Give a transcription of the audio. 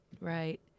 Right